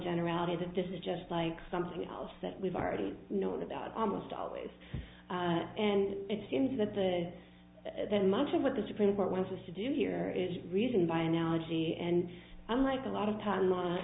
generality that this is just like something else that we've already known about almost always and it seems that that much of what the supreme court wins us to do here is reason by analogy and unlike a lot of time